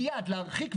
מייד להרחיק.